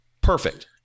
perfect